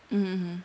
mm mm mm